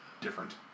different